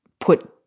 put